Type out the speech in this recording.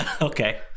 Okay